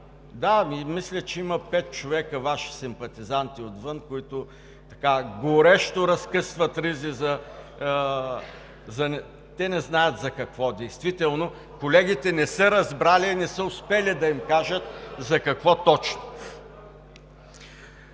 Да, мисля, че има пет човека Ваши симпатизанти отвън, които горещо разкъсват ризи, те не знаят действително за какво – колегите не са разбрали и не са успели да им кажат за какво точно.